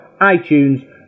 iTunes